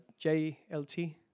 JLT